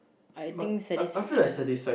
I think satisfaction